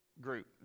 group